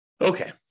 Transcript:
okay